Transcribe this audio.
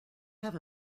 have